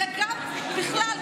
אלא גם בכלל,